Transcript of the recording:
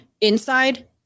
inside